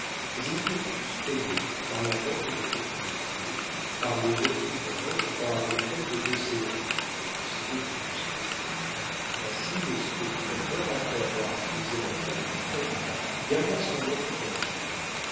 mais ils furent tous payés par la vente des propriétés par les recouvrements et par l'hôtel de beauséant que possédait du bousquier ainsi le spéculateur après avoir frisé la faillite garda son nom tout entier